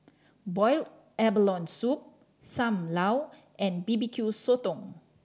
boiled abalone soup Sam Lau and B B Q Sotong